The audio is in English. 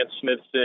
Smithson